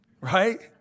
right